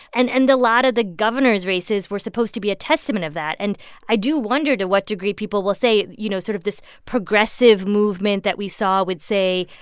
and and a lot of the governors' races were supposed to be a testament of that. and i do wonder to what degree people will say, you know, sort of this progressive movement that we saw with, say,